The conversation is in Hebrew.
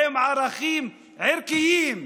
עם ערכים ערכיים,